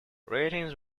ratings